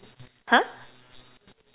!huh!